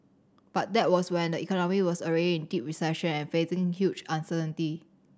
but that was when the economy was already in deep recession and facing huge uncertainty